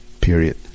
period